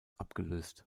abgelöst